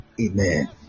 Amen